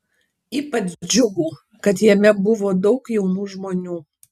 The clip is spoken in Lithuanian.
ypač džiugų kad buvo daug jaunų žmonių